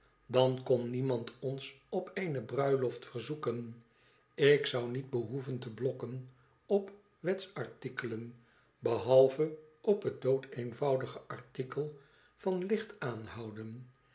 dan kon niemand ons op eene bruiloft verzoeken ik zou niet behoeven te blokken op wetsartikelen behalve op het doodeenvoudige artikel van licht aanhouden